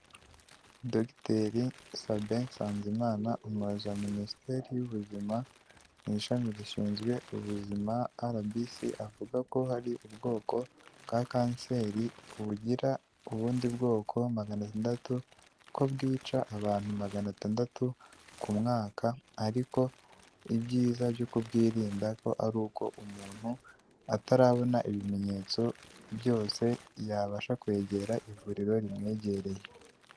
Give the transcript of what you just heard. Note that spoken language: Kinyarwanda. Dogiteri Sabe Nsanzimana umuza minisiteri y'ubuzima mu ishami rishinzwe ubuzima arabisi avuga ko hari ubwoko bwa kanseri bugira ubundi bwoko maganatandatu, ko bwica abantu magana atandatu ku mwaka ariko ibyiza byo kubwirinda ko ari uko umuntu atarabona ibimenyetso byose yabasha kwegera ivuriro rimwegereye.